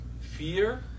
fear